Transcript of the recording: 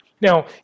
Now